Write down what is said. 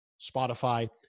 Spotify